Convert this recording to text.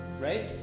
Right